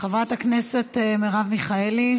חברת הכנסת מרב מיכאלי,